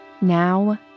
Now